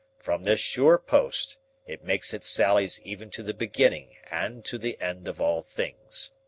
from this sure post it makes its sallies even to the beginning and to the end of all things.